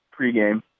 pregame